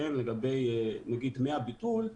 למשל דמי הביטול,